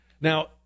Now